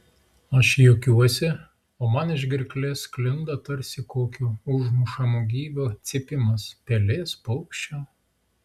aš juokiuosi o man iš gerklės sklinda tarsi kokio užmušamo gyvio cypimas pelės paukščio